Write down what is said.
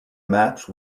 match